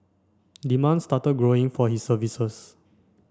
demand started growing for his services